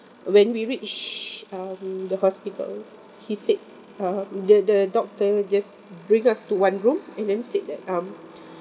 when we reached um the hospital he said uh the the doctor just bring us to one room and then said that um